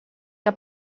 que